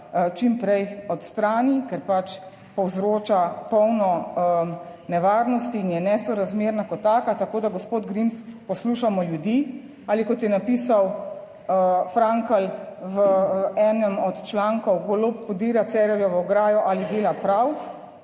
čim prej odstrani, ker pač povzroča polno nevarnosti in je nesorazmerna kot taka. Tako da, gospod Grims, poslušamo ljudi ali kot je napisal Frankl v enem od člankov, Golob podira Cerarjevo ograjo ali dela prav